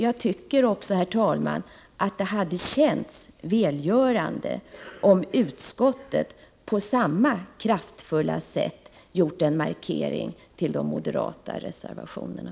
Jag tycker också, herr talman, att det hade känts välgörande om utskottet på samma kraftfulla sätt gjort en markering till de moderata reservationerna.